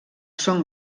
són